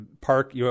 Park